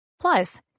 Plus